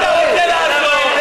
אם אתה רוצה לעזור,